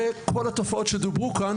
וכל התופעות שדוברו כאן,